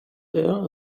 her